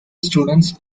students